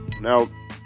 Now